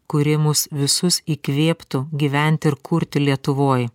kuri mus visus įkvėptų gyventi ir kurti lietuvoj